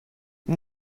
این